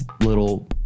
little